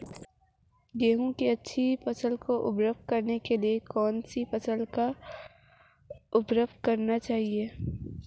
गेहूँ की अच्छी फसल की उपज के लिए कौनसी उर्वरक का प्रयोग करना चाहिए?